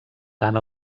tant